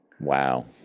Wow